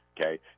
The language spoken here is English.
Okay